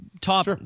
top